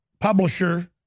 Publisher